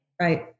Right